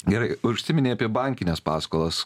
gerai užsiminei apie bankines paskolas